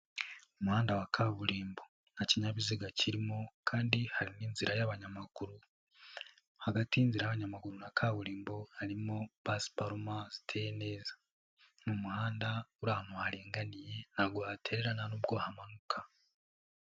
Umuhanda wa kaburimbo nta kinyabiziga kirimo, kandi hari n'inzira y'abanyamaguru, hagati y'inzira' abanyamaguru na kaburimbo, harimo pasiparumu ziteye neza . Ni umuhanda uri ahantu haringaniye, ntabwo haterana ntanubwo hamanuka.